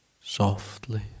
softly